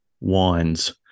wines